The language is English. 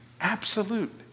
Absolute